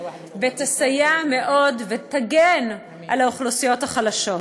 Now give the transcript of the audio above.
ותסייע מאוד ותגן על האוכלוסיות החלשות.